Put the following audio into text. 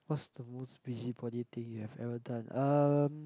what's the most busybody thing you have ever done um